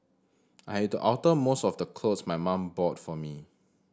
I had to alter most of the clothes my mum bought for me